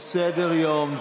יש סדר-יום.